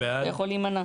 אתה יכול להימנע.